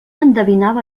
endevinava